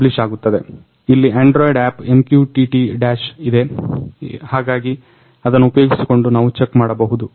ಇಲ್ಲಿ Android app MQTT Dash ಇದೆ ಹಾಗಾಗಿ ಅದನ್ನ ಉಪಯೋಗಿಸಿಕೊಂಡು ನಾವು ಚೆಕ್ ಮಾಡಬಹುದು